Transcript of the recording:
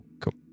Cool